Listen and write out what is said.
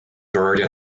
buried